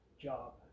job